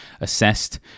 assessed